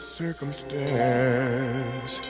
circumstance